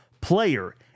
player